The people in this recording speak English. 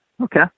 okay